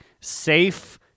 safe